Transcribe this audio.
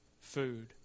food